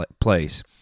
place